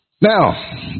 Now